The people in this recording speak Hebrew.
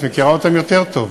את מכירה אותם יותר טוב.